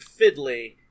fiddly